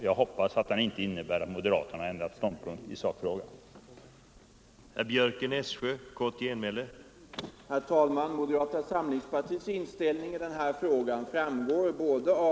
Jag hoppas att den inte innebär att moderaterna 30 oktober 1974 har ändrat ståndpunkt i sakfrågan.